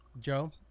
Joe